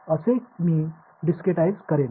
அப்படித்தான் நான் அதை தனிப்படுத்தினேன்